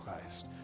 Christ